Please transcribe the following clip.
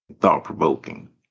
thought-provoking